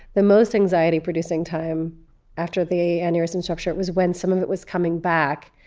the most anxiety-producing time after the aneurysm's rupture was when some of it was coming back,